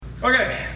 Okay